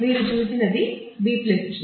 మీరు చూసినది B tree